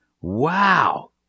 Wow